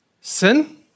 sin